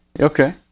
okay